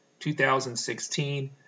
2016